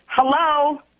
Hello